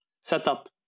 setup